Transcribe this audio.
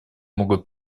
могут